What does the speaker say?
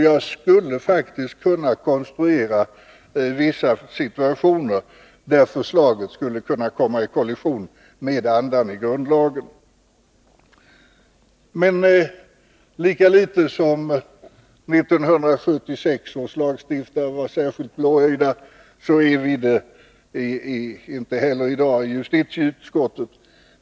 Jag skulle faktiskt kunna konstruera vissa situationer, där förslaget skulle kunna komma i kollision med andan i grundlagen. Lika litet som 1976 års lagstiftare var särskilt blåögda är vi det i dag i justitieutskottet.